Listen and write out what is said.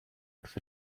wrth